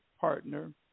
partner